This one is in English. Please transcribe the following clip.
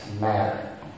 matter